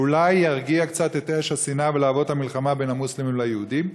שאולי ירגיע קצת את אש השנאה ולהבות המלחמה בין המוסלמים ליהודים.